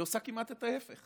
היא עושה כמעט את ההפך,